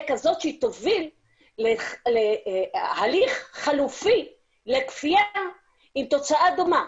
כזאת שהיא תוביל להליך חלופי לכפייה עם תוצאה דומה.